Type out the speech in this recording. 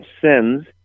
sins